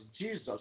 Jesus